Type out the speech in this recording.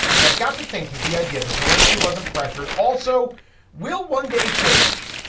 and i've got to think that the idea that zelinsky wasn't pressured also will one day change,